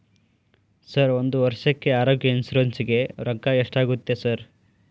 Sir ಒಂದು ವರ್ಷಕ್ಕೆ ಆರೋಗ್ಯ ಇನ್ಶೂರೆನ್ಸ್ ಗೇ ರೊಕ್ಕಾ ಎಷ್ಟಾಗುತ್ತೆ ಸರ್?